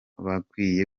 bagakwiye